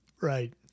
Right